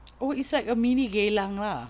oh it's like a mini Geylang lah